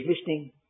listening